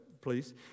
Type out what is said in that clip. please